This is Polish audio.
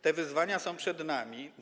Te wyzwania są przed nami.